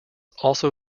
also